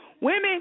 women